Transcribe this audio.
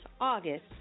August